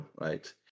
right